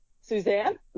Suzanne